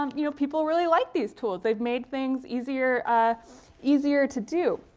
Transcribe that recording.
um you know people really like these tools. they've made things easier easier to do.